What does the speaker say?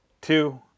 two